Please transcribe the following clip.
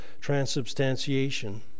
transubstantiation